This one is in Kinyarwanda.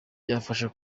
byafasha